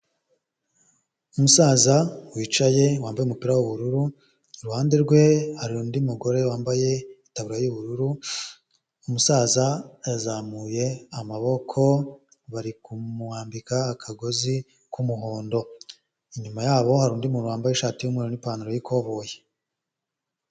Umusaza, wicaye wambaye umupira w'ubururu, iruhande rwe hari undi mugore wambaye itaburiya y'ubururu, umusaza yazamuye amaboko barimwambika akagozi k'umuhondo, inyuma yabo hari undi muntu wambaye ishati y'ubururu n'ipantaro yikoboyi.